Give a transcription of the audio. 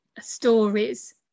stories